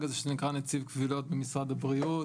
הזה שנקרא נציב קבילות במשרד הבריאות,